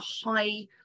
high